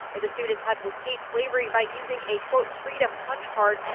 where the students had to escape slavery by using a, quote, freedom punch card,